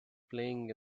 playing